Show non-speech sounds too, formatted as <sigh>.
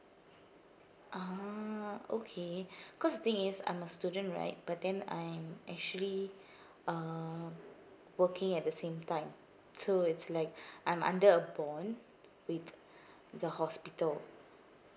ah okay <breath> cause the thing is I'm a student right but then I'm actually <breath> uh working at the same time so it's like <breath> I'm under a bond with the hospital